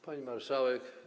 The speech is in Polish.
Pani Marszałek!